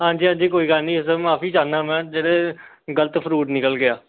ਹਾਂਜੀ ਹਾਂਜੀ ਕੋਈ ਗੱਲ ਨਹੀਂ ਸਰ ਮਾਫੀ ਚਾਹੁੰਦਾ ਮੈਂ ਜਿਹੜੇ ਗਲਤ ਫਰੂਟ ਨਿਕਲ ਗਿਆ